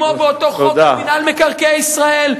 כמו באותו חוק של מינהל מקרקעי ישראל,